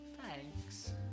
Thanks